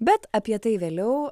bet apie tai vėliau